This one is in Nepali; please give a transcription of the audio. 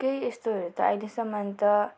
केही यस्तोहरू त अहिलेसम्म त